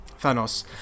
Thanos